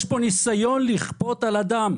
יש פה ניסיון לכפות על אדם.